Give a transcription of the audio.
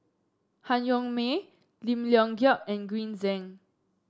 Han Yong May Lim Leong Geok and Green Zeng